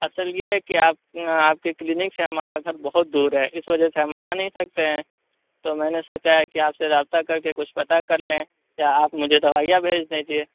اصل یہ ہے کہ آپ آپ کے کلینک سے ہمارا گھر بہت دور ہے اس وجہ سے ہم آ نہیں سکتے ہیں تو میں نے سوچا ہے کہ آپ سے رابطہ کر کے کچھ پتہ کر لیں یا آپ مجھے دوائیاں بھیج دیجیے